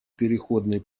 переходный